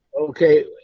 Okay